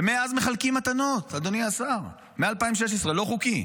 ומאז מחלקים מתנות, אדוני השר, מ-2016, לא חוקי.